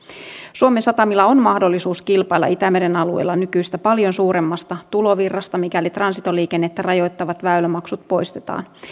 suomen satamilla on mahdollisuus kilpailla itämeren alueella nykyistä paljon suuremmasta tulovirrasta mikäli transitoliikennettä rajoittavat väylämaksut poistetaan